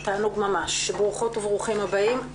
ברוכות וברוכים הבאים.